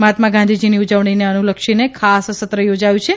મહાત્મા ગાંધીજીની ઉજવણીને અનુલક્ષીને ખાસ સત્ર યોજાયુ છે